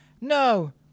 no